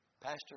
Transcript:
pastor